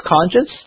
conscience